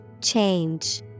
Change